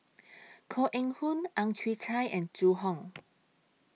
Koh Eng Hoon Ang Chwee Chai and Zhu Hong